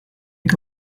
que